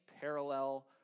parallel